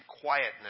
quietness